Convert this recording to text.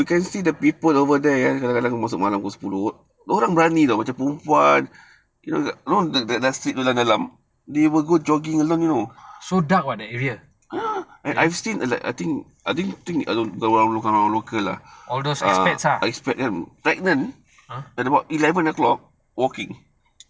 so dark [what] all those expats ah